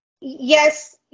yes